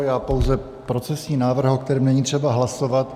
Já pouze procesní návrh, o kterém není třeba hlasovat.